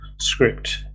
script